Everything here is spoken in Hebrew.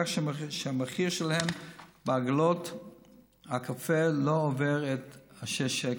כך שהמחיר שלהם בעגלות הקפה לא יעבור שישה שקלים.